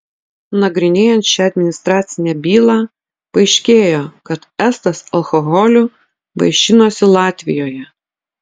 nagrinėjant šią administracinę bylą paaiškėjo kad estas alkoholiu vaišinosi latvijoje